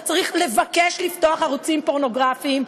צריך לבקש לפתוח ערוצים פורנוגרפיים?